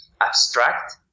abstract